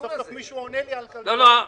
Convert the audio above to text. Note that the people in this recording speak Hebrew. קיבלו את מענק